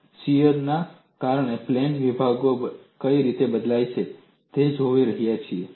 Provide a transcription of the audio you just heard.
અને શીયર ના કારણે પ્લેન વિભાગો કઈ રીતે બદલાય છે તે જોવા જઈ રહ્યા છીએ